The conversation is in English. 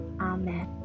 Amen